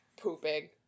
pooping